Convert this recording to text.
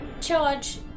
Charge